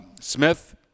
Smith